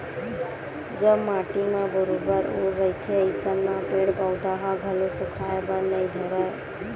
जब माटी म बरोबर ओल रहिथे अइसन म पेड़ पउधा ह घलो सुखाय बर नइ धरय